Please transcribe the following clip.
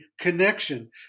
connection